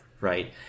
right